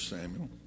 Samuel